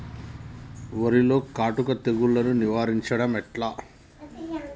వరిలో కాటుక తెగుళ్లను నివారించడం ఎట్లా?